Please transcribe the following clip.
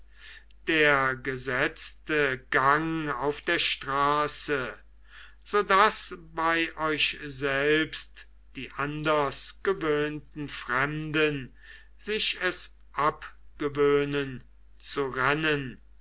der gesetzte gang auf der straße so daß bei euch selbst die anders gewöhnten fremden sich es abgewöhnen zu rennen